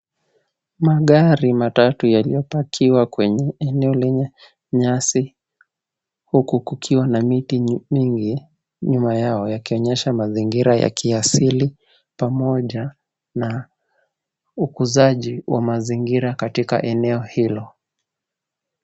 Magari matatu yaliyopakiwa kwenye eneo lenye nyasi huku kukiwa na miti mingi nyuma yao, yakionyesha mazingira ya kiasili pamoja na ukusaji wa mazingira katika eneo hilo.